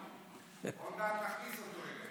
עוד מעט, אבידר, אבידר.